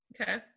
okay